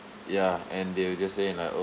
ya and they were just saying like oh